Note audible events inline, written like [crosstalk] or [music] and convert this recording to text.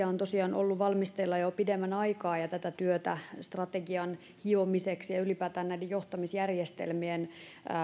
[unintelligible] on tosiaan ollut valmisteilla jo pidemmän aikaa ja tätä työtä strategian hiomiseksi ja ylipäätään näiden johtamisjärjestelmien